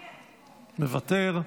מוותר,